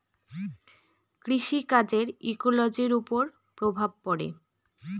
কৃষি কাজের ইকোলোজির ওপর প্রভাব পড়ে